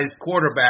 quarterback